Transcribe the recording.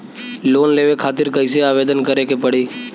Loan लेवे खातिर कइसे आवेदन करें के पड़ी?